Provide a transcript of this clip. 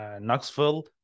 Knoxville